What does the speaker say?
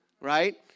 right